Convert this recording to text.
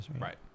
Right